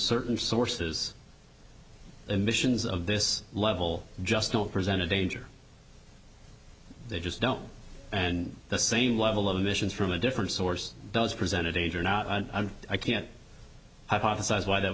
certain sources emissions of this level just don't present a danger they just don't and the same level of emissions from a different source does present a danger now and i can't hypothesize why that